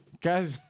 guys